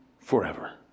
forever